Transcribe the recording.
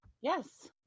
Yes